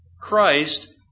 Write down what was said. Christ